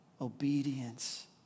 obedience